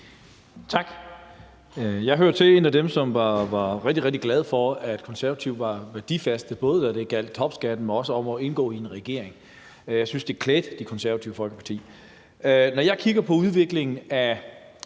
Tak. Jeg hører til dem, som var rigtig, rigtig glade for, at Konservative var værdifaste, både når det gjaldt topskatten, men også om det at indgå i en regering. Jeg synes, det klædte Det Konservative Folkeparti. Når jeg kigger på udviklingen af